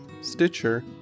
Stitcher